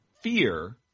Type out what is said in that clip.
fear